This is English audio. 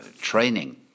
training